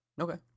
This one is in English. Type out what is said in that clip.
Okay